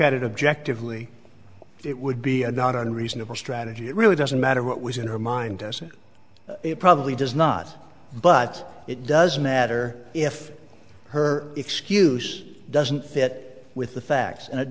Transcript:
at it objectively it would be a not unreasonable strategy it really doesn't matter what was in her mind it probably does not but it doesn't matter if her excuse doesn't fit with the facts and it